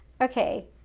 Okay